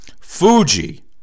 fuji